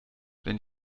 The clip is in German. wenn